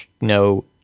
no